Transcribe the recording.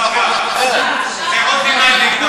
זה עוד, נגד הבג"ץ.